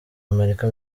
amerika